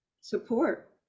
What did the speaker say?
support